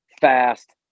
fast